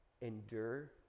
endure